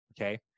Okay